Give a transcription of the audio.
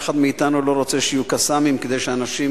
אף אחד מאתנו לא רוצה שיהיו "קסאמים" כדי שאנשים